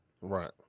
Right